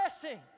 blessing